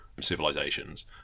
civilizations